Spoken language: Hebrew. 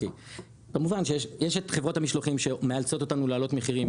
כמובן שיש את חברות המשלוחים שמאלצות אותנו להעלות מחירים,